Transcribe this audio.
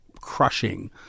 crushing